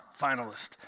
finalist